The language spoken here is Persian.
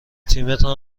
تیمتان